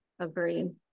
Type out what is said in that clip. Agreed